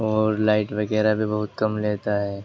اور لائٹ وغیرہ بھی بہت کم لیتا ہے